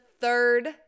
third